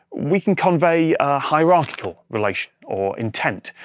we can convey a hierarchical relation or intent.